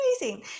amazing